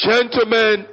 Gentlemen